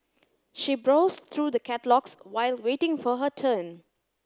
she browsed through the catalogues while waiting for her turn